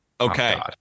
Okay